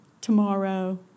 tomorrow